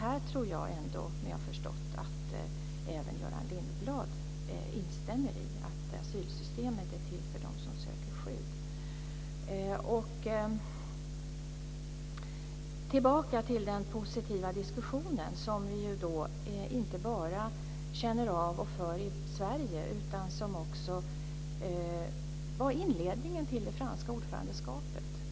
Jag tror ändå, om jag har förstått det rätt, att även Göran Lindblad instämmer i att asylsystemet är till för dem som söker skydd. Jag vill gå tillbaka till den positiva diskussionen som vi inte bara känner av och som vi för i Sverige, utan som också var inledningen till det franska ordförandeskapet.